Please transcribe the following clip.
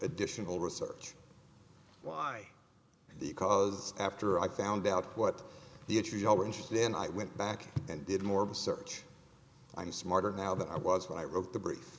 additional research why because after i found out what the entry all were interested in i went back and did more of the search i'm smarter now that i was when i wrote the bre